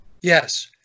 Yes